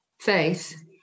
faith